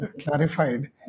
clarified